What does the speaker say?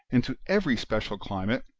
and to every special climate,